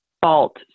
fault